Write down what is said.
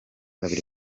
abiri